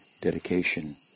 dedication